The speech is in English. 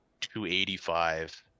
285